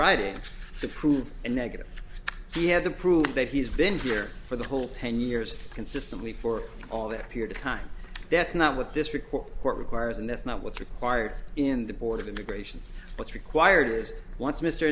driving to prove a negative he had to prove that he's been here for the whole ten years consistently for all that period of time that's not what this report requires and that's not what's required in the board of immigrations what's required is once mr